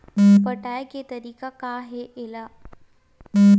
पटाय के तरीका का हे एला?